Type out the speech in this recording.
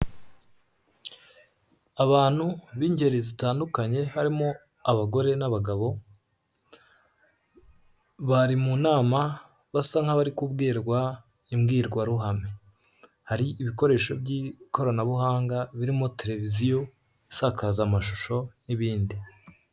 Abantu b'ingeri zitandukanye, harimo abagore n'abagabo, bari mu nama basa nk'abari kubwirwa imbwirwaruhame, hari ibikoresho by'ikoranabuhanga birimo tereviziyo isakaza amashusho n'ibindi.